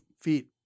feet